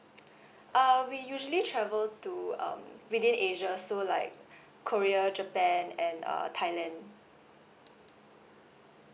uh we usually travel to um within asia so like korea japan and uh thailand